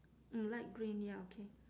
mm light green ya okay